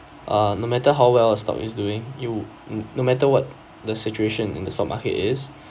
uh no matter how well a stock is doing you no matter what the situation in the stock market is